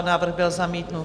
Návrh byl zamítnut.